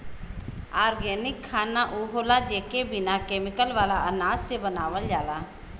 organic खाना उ होला जेके बिना केमिकल वाला अनाज से बनावल जाला